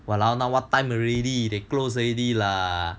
!walao! now what time already they close already lah